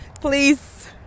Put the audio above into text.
please